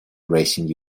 racing